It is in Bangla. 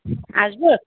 আসবো